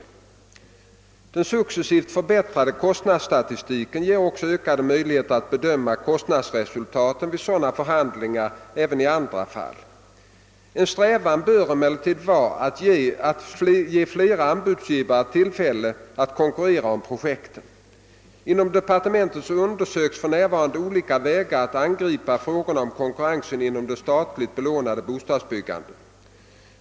Den successivt förbättrade kostnadsstatistiken ger också ökade möjligheter att bedöma kostnadsresultatet vid sådana förhandlingar även i andra fall. En strävan bör emellertid vara att ge flera anbudsgivare tillfälle att konkurrera om projekten. Inom departementet undersöks för närvarande olika vägar att angripa frågorna om konkurrensen inom det statligt belånade bostadsbyggandet.